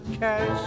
cash